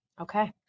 okay